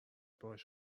باهاش